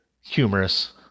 humorous